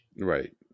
Right